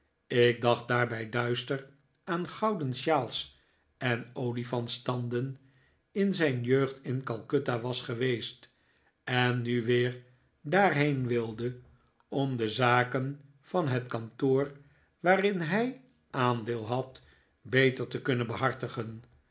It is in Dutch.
ik dacht daarbij duister aan gouden shawls en olifantstanden in zijn jeugd in calcutta was geweest en nu weer daarheen wilde om de zaken van het kantoor waarin hij aandeel had beter te kunnen behartigen